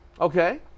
Okay